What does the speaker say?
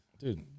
dude